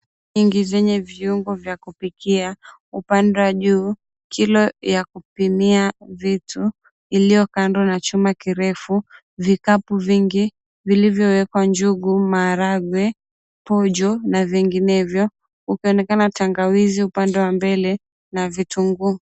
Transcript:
Nyingi zenye viungo vya kupikia. Upande wa juu kilo ya kupimia vitu, iliyo kando na chuma kirefu. Vikapu vingi vilivyowekwa njugu, maharagwe, pojo na vinginevyo. Kukionekana tangawizi upande wa mbele na vitunguu.